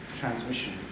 transmission